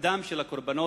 הדם של הקורבנות